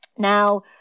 Now